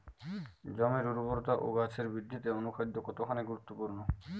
জমির উর্বরতা ও গাছের বৃদ্ধিতে অনুখাদ্য কতখানি গুরুত্বপূর্ণ?